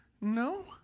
no